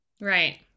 Right